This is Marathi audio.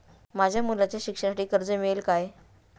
माझ्या मुलाच्या शिक्षणासाठी कर्ज मिळेल काय?